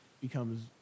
becomes